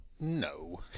no